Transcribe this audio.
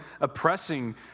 oppressing